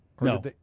No